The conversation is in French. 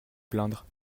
plaindre